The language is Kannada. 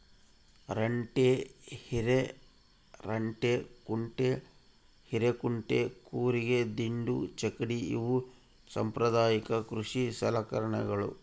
ರಂಟೆ ಹಿರೆರಂಟೆಕುಂಟೆ ಹಿರೇಕುಂಟೆ ಕೂರಿಗೆ ದಿಂಡು ಚಕ್ಕಡಿ ಇವು ಸಾಂಪ್ರದಾಯಿಕ ಕೃಷಿ ಸಲಕರಣೆಗಳು